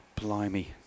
blimey